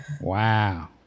Wow